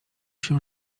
się